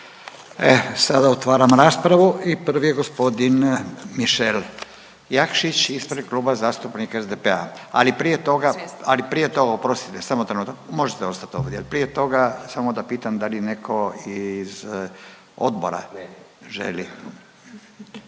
E sada otvaram raspravu i prvi je gospodin Mišel Jakšić ispred Kluba zastupnika SDP-a, ali prije toga, ali prije toga oprostite samo trenutak, možete ostati ovdje, ali prije toga samo da pitam da li netko iz odbora želi?